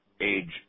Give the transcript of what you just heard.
age